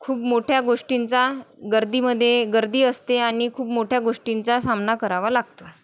खूप मोठ्या गोष्टींचा गर्दीमध्ये गर्दी असते आणि खूप मोठ्या गोष्टींचा सामना करावा लागतो